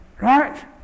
right